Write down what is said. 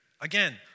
again